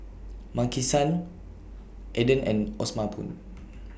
Maki San Aden and Osama Spoon